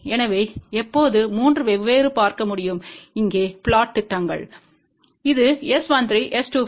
எனவே எப்போது 3 வெவ்வேறு பார்க்க முடியும் இங்கே புளொட் திட்டங்கள் இது S13 S24 உடன்ஒத்த புளொட்